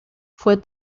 fue